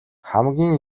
хамгийн